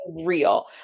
real